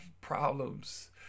problems